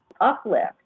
uplift